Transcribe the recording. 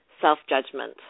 self-judgment